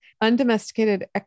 Undomesticated